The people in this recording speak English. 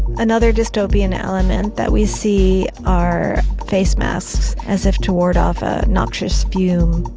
another dystopian element that we see are face masks, as if to ward off a noxious fume.